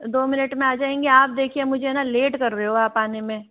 दो मिनट में आजाएंगे आप देखिये मुझे न लेट कर रहे हो आप आने में